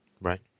Right